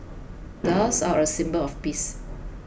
doves are a symbol of peace